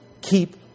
keep